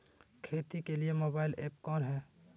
खेती के लिए मोबाइल ऐप कौन है?